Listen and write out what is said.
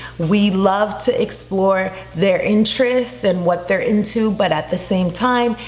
we love to explore their interests and what they're into, but at the same time,